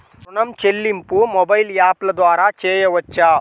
ఋణం చెల్లింపు మొబైల్ యాప్ల ద్వార చేయవచ్చా?